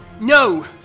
No